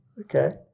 Okay